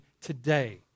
today